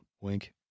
Wink